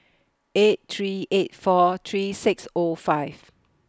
eight three eight four three six O five